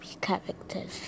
characters